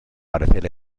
parecer